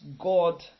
God